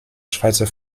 schweizer